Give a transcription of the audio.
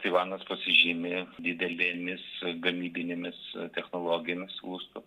taivanas pasižymi didelėmis gamybinėmis technologijomis lustų